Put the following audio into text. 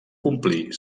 complir